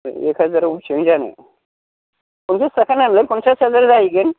एक हाजाराव बेसेबां जानो पन्सास थाखा नालाय पन्सास हाजार जाहैगोन